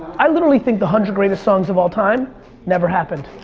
i literally think the hundred greatest songs of all time never happened.